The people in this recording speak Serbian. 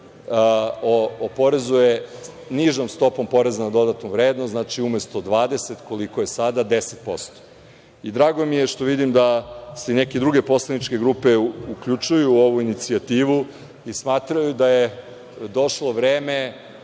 oporezuje nižom stopom poreza na dodatnu vrednost. Znači, umesto 20, koliko je sada, na 10%.Drago mi je što vidim da se ni neke druge poslaničke grupe uključuju u ovu inicijativu i smatraju da je došlo vreme